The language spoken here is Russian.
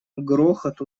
грохот